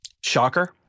shocker